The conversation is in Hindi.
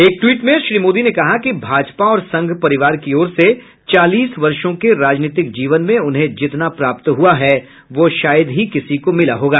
एक ट्वीट में श्री मोदी ने कहा कि भाजपा और संघ परिवार की ओर से चालीस वर्षों के राजनीतिक जीवन में उन्हें जितना प्राप्त हुआ है वो शायद ही किसी को मिला होगा